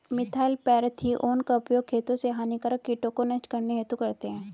methyl parathion का उपयोग खेतों से हानिकारक कीटों को नष्ट करने हेतु करते है